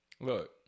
look